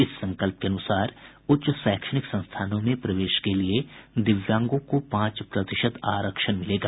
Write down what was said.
इस संकल्प के अनुसार उच्च शैक्षणिक संस्थानों में प्रवेश के लिये दिव्यांगों को पांच प्रतिशत आरक्षण मिलेगा